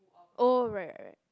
oh right right right